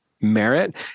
merit